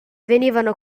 venivano